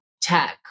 tech